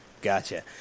Gotcha